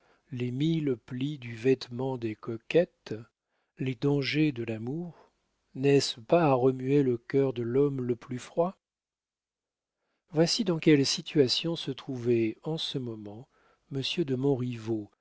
les mille plis du vêtement des coquettes les dangers de l'amour n'est-ce pas à remuer le cœur de l'homme le plus froid voici dans quelle situation se trouvait en ce moment monsieur de